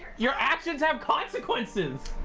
your actions have consequences!